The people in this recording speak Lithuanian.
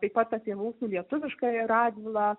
taip pat apie mūsų lietuviškąjį radvilą